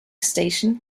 station